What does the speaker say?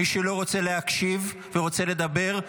מי שלא רוצה להקשיב ורוצה לדבר,